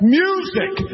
music